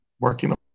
working